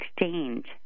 exchange